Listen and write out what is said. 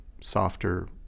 softer